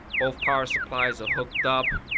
both power supplies are hooked up.